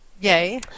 Yay